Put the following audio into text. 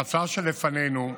בהצעה שלפנינו,